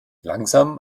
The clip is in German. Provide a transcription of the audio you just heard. langsam